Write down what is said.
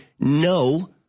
No